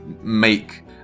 make